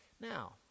Now